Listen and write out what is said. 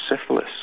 syphilis